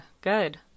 good